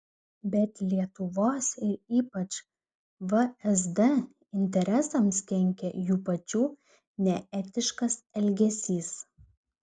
bet lietuvos ir ypač vsd interesams kenkia jų pačių neetiškas elgesys